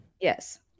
yes